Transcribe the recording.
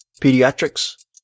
Pediatrics